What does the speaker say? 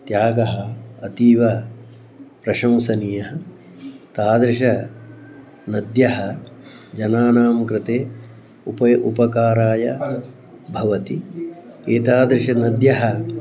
त्यागः अतीव प्रशंसनीयः तादृश्यः नद्यः जनानां कृते उपयुक्ताः उपकाराय भवन्ति एतादृशाः नद्यः